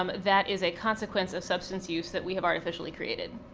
um that is a consequence of substance use that we have artificially created.